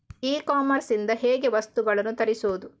E commerce ಇಂದ ಹೇಗೆ ವಸ್ತುಗಳನ್ನು ತರಿಸುವುದು?